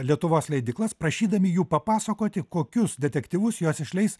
lietuvos leidyklas prašydami jų papasakoti kokius detektyvus jos išleis